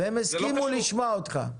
והם הסכימו לשמוע אותך.